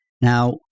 Now